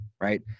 right